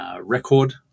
record